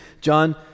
John